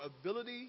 ability